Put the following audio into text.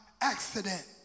accident